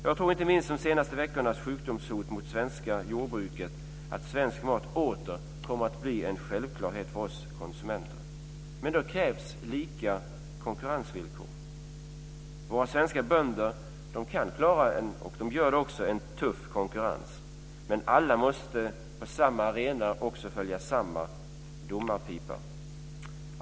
Jag tror, inte minst efter de senaste veckornas sjukdomshot mot det svenska jordbruket, att svensk mat åter kommer att bli en självklarhet för oss konsumenter. Men då krävs lika konkurrensvillkor. Våra svenska bönder kan klara en tuff konkurrens, och det gör de också. Men alla på samma arena måste också följa samma domarpipa.